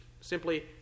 simply